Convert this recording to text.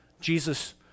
Jesus